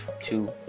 two